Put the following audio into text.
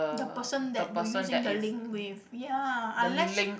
the person that you using the link with ya unless